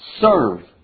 serve